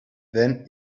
then